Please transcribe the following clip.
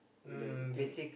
there's the teams